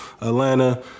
Atlanta